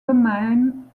domain